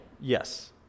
Yes